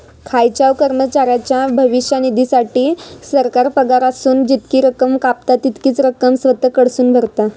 खायच्याव कर्मचाऱ्याच्या भविष्य निधीसाठी, सरकार पगारातसून जितकी रक्कम कापता, तितकीच रक्कम स्वतः कडसून भरता